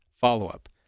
follow-up